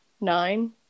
Nine